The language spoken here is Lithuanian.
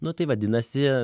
nu tai vadinasi